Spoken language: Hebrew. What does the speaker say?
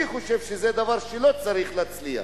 אני חושב שזה דבר שלא צריך להצליח,